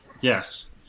Yes